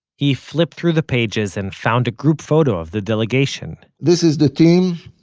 he flipped through the pages and found a group photo of the delegation this is the team,